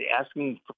asking